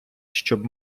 щоб